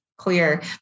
clear